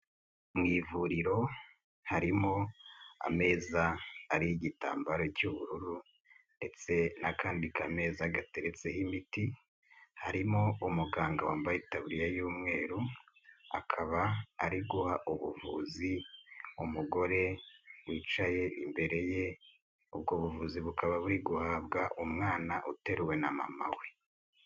Mu ivuriro harimo ameza ariho igitambaro cy'ubururu, ndetse n'akandi ka meza gateretseho imiti, harimo umuganga wambaye itaburiya y'umweru, akaba ari guha ubuvuzi umugore wicaye imbere ye, ubwo buvuzi bukaba buri guhabwa umwana uteruwe na mama we.